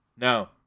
No